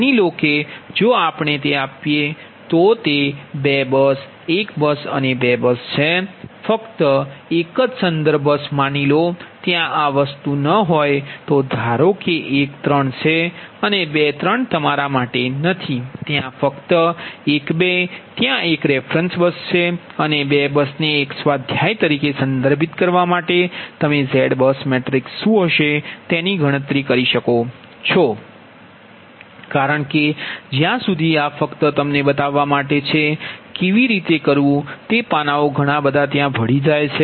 માની લો કે જો આપણે તે આપીએ તો તે 2 બસ 1 બસ અને 2 છે અને ફક્ત એક જ સંદર્ભ બસ માની લો ત્યાં આ વસ્તુ ન હોય તો ધારો કે 1 3 છે અને 2 3 તમારા માટે નથી ત્યાં ફક્ત 1 2 ત્યાં 1 રેફરન્સ બસ છે અને 2 બસને એક સ્વાધ્યાય તરીકે સંદર્ભિત કરવા માટે તમે ઝેડ બસ મેટ્રિક્સ શું હશે તેની ગણતરી કરી શકો છો કારણ કે જ્યાં સુધી આ ફક્ત તમને બતાવવા માટે છે કે તે કેવી રીતે કરવું તે પાનાંઓ ઘણાં બધાં ત્યાં ભળી જાય છે